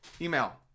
email